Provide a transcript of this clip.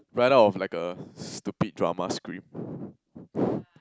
right out of like a stupid drama script